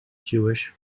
jewish